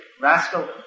rascal